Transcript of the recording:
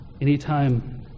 Anytime